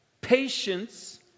patience